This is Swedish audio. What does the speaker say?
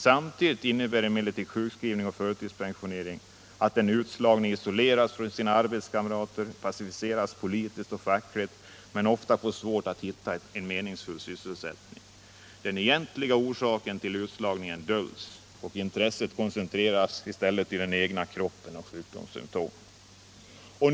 Samtidigt innebär emellertid sjukskrivning och förtidspensionering att den utslagne isoleras från sina arbetskamrater, passiveras politiskt och fackligt samt ofta får svårt att hitta en meningsfull sysselsättning. De egentliga orsakerna till utslagningen döljs, och intresset koncentreras i stället på den egna kroppen och sjukdomssymtomen.